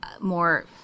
more